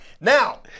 Now